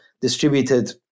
distributed